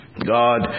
God